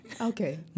okay